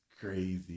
Crazy